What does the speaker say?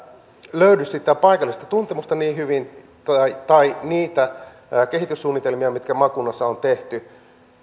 löydy sitä paikallista tuntemusta niin hyvin tai niitä kehityssuunnitelmia mitkä maakunnassa on tehty